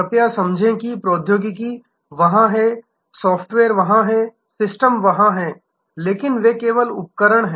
कृपया समझें कि प्रौद्योगिकी वहां है सॉफ्टवेयर वहां है सिस्टम वहां हैं लेकिन वे केवल उपकरण हैं